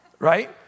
right